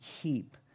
keep